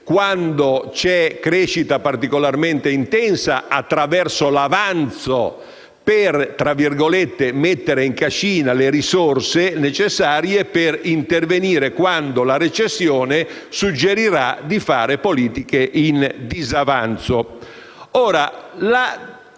quando c'è crescita particolarmente intensa, attraverso l'avanzo per "mettere in cascina" le risorse necessarie per intervenire quando la recessione suggerirà di attuare politiche in disavanzo.